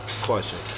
Question